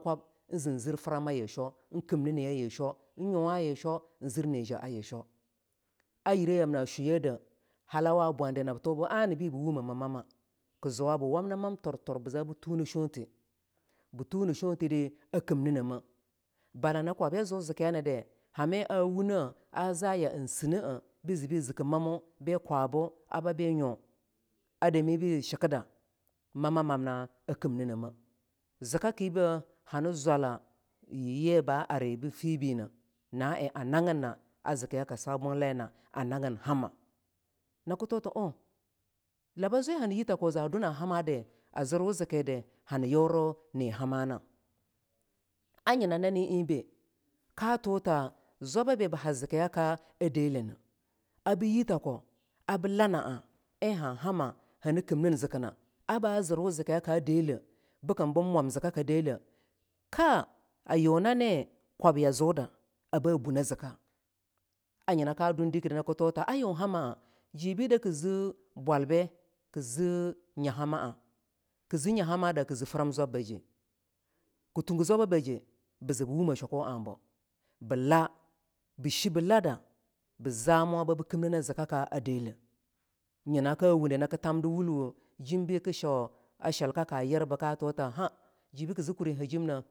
en ze en zir frmayi sho en nyuwani sho en zir ni jaayi sho a yiri yamna ashu yede halawa bwundu nab tubu anabi bu wumemi mamma kii zuwa bi wamna mam tuktur bii tuneh shotidi a kimninemeh bala na kwabya zu zikiyanidi hami a wune a zaya sineh bii ze bi ze bi ziki mamu bi kwabu a babe nyo a dami bi shikida mammamna a kimninemeh zikakibeh hani zwala yii ba ari bu chibine na en a nagina a zikiya ka sabinlayi na a nagin hama naki tu ta oh laba zwe hani yii taku zi duna hamawudi a zirwu zi kidi hani yuri yuri nihama a nyina nane enbe ka tuta zwaba bi ba ha enbe ka tuta zwaba bi baha zikiyaka a deleh ne abi yi tohko abi lana a en han hama hani kimnin zikina aba zirwu zikiyaka deleh bikin bin man zikaka deleh ka a yunane kwabya zuda aba bune zikai anyina ka dundikidi naki tuta ayun hama jii bin daki ze bwalbe kii ze nyahama a kizi nyahamadi kii zii fram zwabba je ki tugu zwababaje bi zi bu wumeh shwaku abo biila bii she bilada bii zamuwa babi kimnine zikakaa deleh nyina ka wundi naki tamdi walwoh jimbe ki shou a shlikaka yirba ka tuta ha jibe ki zi kurihe he jimne taki gumnina